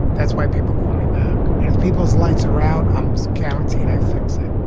that's why people call me back. and if people's lights around imes county. and i fix it.